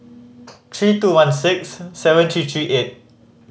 three two one six seven three three eight